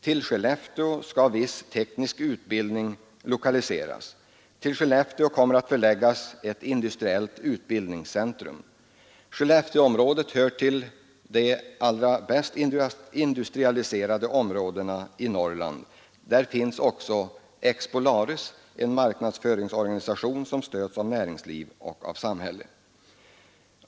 Till Skellefteå skall viss teknisk utbildning lokaliseras. Till Skellefteå kommer att förläggas ett industriellt utbildningscentrum. Skellefteåområdet hör till de allra bäst industrialiserade områdena i Norrland. Där finns också Expolaris, en marknadsföringsorganisation som stöds av näringsliv och samhälle.